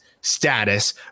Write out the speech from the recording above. status